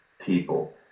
people